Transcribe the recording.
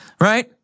Right